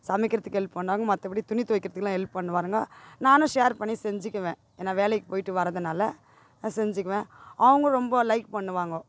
சமைக்கிறத்துக்கு help பண்ணுவாங்க மற்றபடி துணி துவைக்கிறதுக்குலாம் ஹெல்ப் பண்ணுவாருங்க நானும் ஷேர் பண்ணி செஞ்சிக்குவேன் நான் வேலைக்கு போயிட்டு வரதுனால நான் செஞ்சிக்குவேன் அவங்களும் ரொம்ப லைக் பண்ணுவாங்கோ